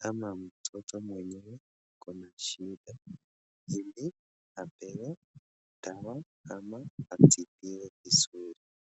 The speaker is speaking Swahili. ama mtoto mwenyewe ako na shida ili apewe dawa ama atibiwe vizuri.